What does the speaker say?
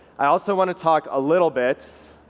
i also want to talk a little bit